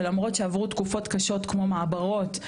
ולמרות שעברו תקופות קשות כמו מעברות,